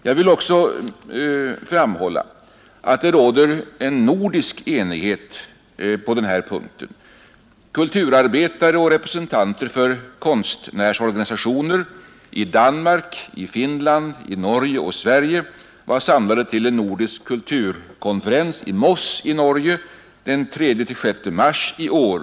Jag vill också framhålla att det råder en nordisk enighet på denna punkt. Kulturarbetare och representanter för konstnärsorganisationer i Danmark, Finland, Norge och Sverige var samlade till en nordisk kulturkonferens i Moss i Norge den 3—6 mars i år.